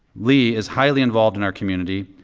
lee is highly involved in our community.